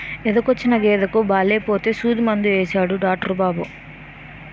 ఎదకొచ్చిన గేదెకి బాలేపోతే సూదిమందు యేసాడు డాట్రు బాబు